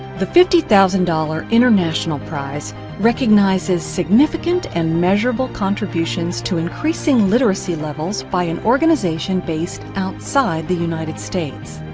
the fifty thousand dollar international prize, recognizes significant, and measurable contributions to increasing literacy levels, by an organization based outside the united states.